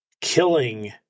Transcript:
killing